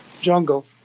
jungle